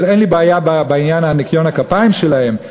אין לי בעיה בעניין ניקיון הכפיים שלהם,